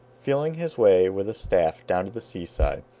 feeling his way with a staff, down to the sea-side,